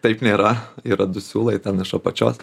taip nėra yra du siūlai ten iš apačios